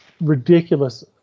ridiculous